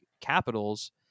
Capitals